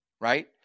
Right